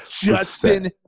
Justin